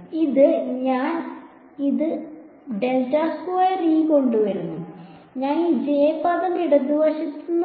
അതിനാൽ ഇത് ഞാൻ ഇത് കൊണ്ടുവരുന്നു ഞാൻ ഈ J പദം ഇടതുവശത്ത്